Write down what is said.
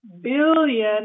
billion